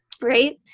right